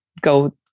go